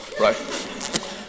right